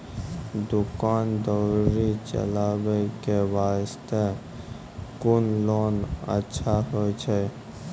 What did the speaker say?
दुकान दौरी चलाबे के बास्ते कुन लोन अच्छा होय छै?